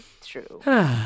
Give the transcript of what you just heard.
true